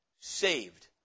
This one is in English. saved